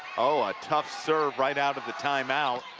ah a tough serve right out of the time-out.